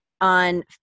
on